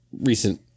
recent